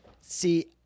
See